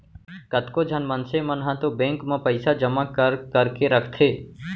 कतको झन मनसे मन ह तो बेंक म पइसा जमा कर करके रखथे